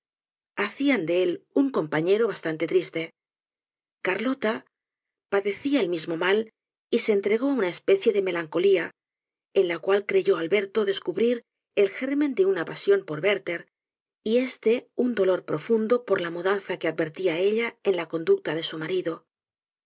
hacían de él un compaflero bastante triste carlota padecía del mismo mal y se entregó á una especie de melancolía en la cual creyó alberto descubrir el germen de una pasión por werlher y este un dolor profundo por la mudanza que advertía ella en la conducta de su